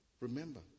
remember